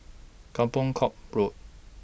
Kampong Kapor Road